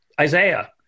Isaiah